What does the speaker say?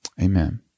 Amen